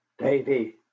davy